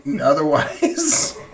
otherwise